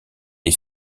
est